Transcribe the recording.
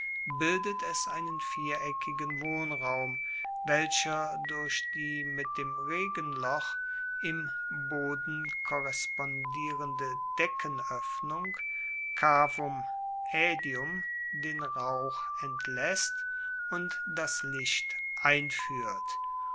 bildet es einen viereckigen wohnraum welcher durch die mit dem regenloch im boden korrespondierende deckenoeffnung cavum aedium den rauch entlaesst und das licht einfuehrt